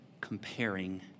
comparing